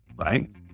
right